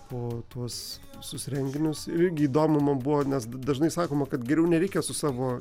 po tuos visus renginius ir irgi įdomu man buvo nes dažnai sakoma kad geriau nereikia su savo